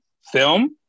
film